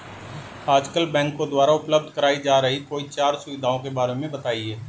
आजकल बैंकों द्वारा उपलब्ध कराई जा रही कोई चार सुविधाओं के बारे में बताइए?